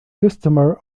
customer